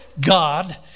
God